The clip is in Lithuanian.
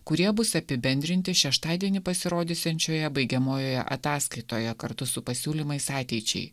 kurie bus apibendrinti šeštadienį pasirodysiančioje baigiamojoje ataskaitoje kartu su pasiūlymais ateičiai